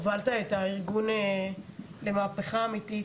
אבל אני חושבת שבאמת הובלת את הארגון למהפכה אמיתית.